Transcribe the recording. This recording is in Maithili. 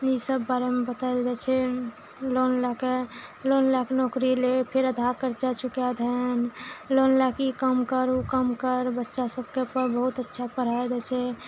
ई सब बारेमे बतायल जाइ छै लोन लै कऽ लोन लै कऽ नौकरी ले फेर अधा कर्जा चुका दहेन लोन लए कऽ ई काम कर उ काम कर बच्चा सबके पर बहुत अच्छा पढ़ाइ दै छै